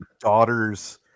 daughters